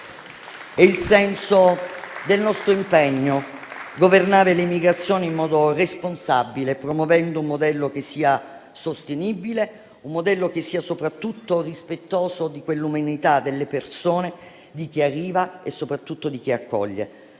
è il senso del nostro impegno: governare le migrazioni in modo responsabile, promuovendo un modello sostenibile e soprattutto rispettoso dell'umanità delle persone, sia di chi arriva, sia soprattutto di chi accoglie.